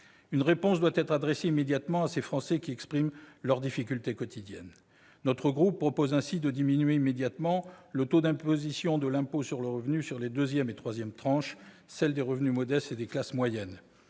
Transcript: Une réponse doit être adressée immédiatement à ces Français qui expriment leurs difficultés quotidiennes. Notre groupe propose ainsi de diminuer immédiatement le taux d'imposition de l'impôt sur le revenu sur les deuxième et troisième tranches, celles des revenus modestes et des classes moyennes.